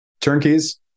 Turnkeys